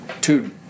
Two